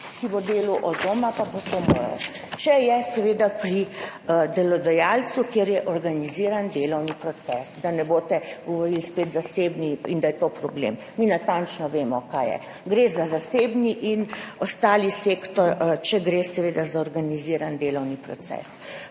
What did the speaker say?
ki bo delal od doma, pa bo to moral, če je seveda pri delodajalcu, kjer je organiziran delovni proces, da ne boste govorili spet zasebni in da je to problem. Mi natančno vemo, kaj je, gre za zasebni in ostali sektor, če gre seveda za organiziran delovni proces.